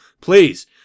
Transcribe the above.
Please